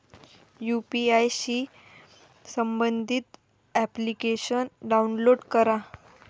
UPI शी संबंधित application download करा